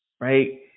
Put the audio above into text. right